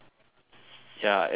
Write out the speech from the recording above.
ya exactly